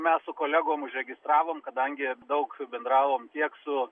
mes su kolegom užregistravom kadangi daug bendravom tiek su